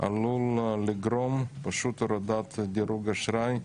עלול לגרום פשוט להורדת דירוג האשראי,